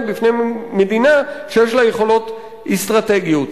בפני מדינה שיש לה יכולות אסטרטגיות.